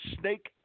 snake